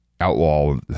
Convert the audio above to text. outlaw